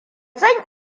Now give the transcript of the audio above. zan